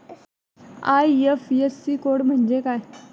IFSC code म्हणजे काय?